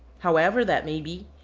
however that may be,